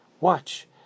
watch